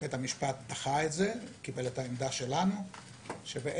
בית המשפט דחה את זה וקיבל את העמדה שלנו שהזיכיונות